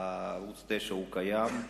ערוץ-9 קיים,